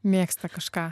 mėgsta kažką